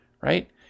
Right